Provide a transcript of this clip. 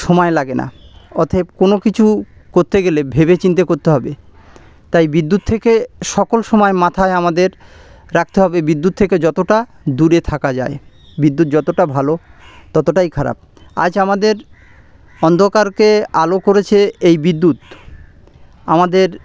সময় লাগে না অতএব কোনো কিছু করতে গেলে ভেবে চিন্তে করতে হবে তাই বিদ্যুৎ থেকে সকল সময় মাথায় আমাদের রাখতে হবে বিদ্যুৎ থেকে যতটা দূরে থাকা যায় বিদ্যুৎ যতটা ভালো ততটাই খারাপ আজ আমাদের অন্ধকারকে আলো করেছে এই বিদ্যুৎ আমাদের